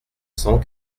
cent